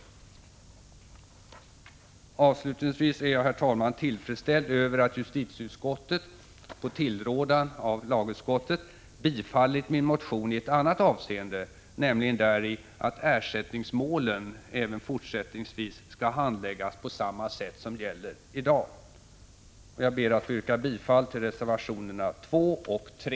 Avslutningsvis är jag, herr talman, tillfredsställd över att justitieutskottet — 61 på tillrådan av lagutskottet — biträtt min motion i ett annat avseende, nämligen däri att ersättningsmålen även fortsättningsvis skall handläggas på samma sätt som gäller i dag. Jag ber att få yrka bifall till reservationerna 2 och 3.